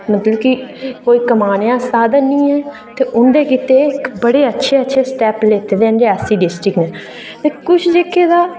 मतलब कि कोई कमाने दा साधन नेईं ऐ ते उं'दे खित्ते बड़े अच्छे अच्छे स्टैप लैते दे न रियासी डिस्टक ने ते कुछ जेह्के